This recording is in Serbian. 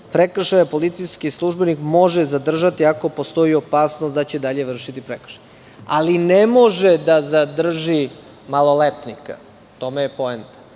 prekršaja, policijski službenik može zadržati ako postoji opasnost da će i dalje vršiti prekršaje, ali ne može da zadrži maloletnika. U tome je poenta,